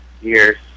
years